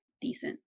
decent